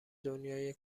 دنیای